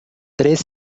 tres